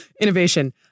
innovation